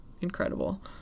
incredible